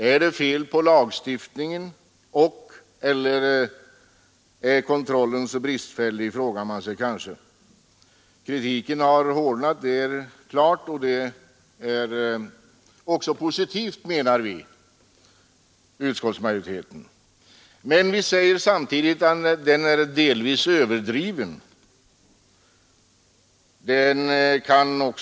Är det fel på lagstiftningen, eller är kontrollen för bristfällig? Kritiken har hårdnat, det är alldeles klart, och det menar utskottsmajoriteten är positivt. Men samtidigt säger vi i utskottet att kritiken delvis är överdriven och att den kan skada.